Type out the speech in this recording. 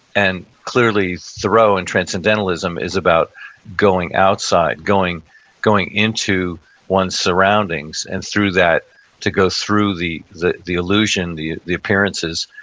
and clearly thoreau and transcendentalism is about going outside, going going into one's surroundings and through that to go through the the illusion, the the appearances,